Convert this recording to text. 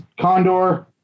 Condor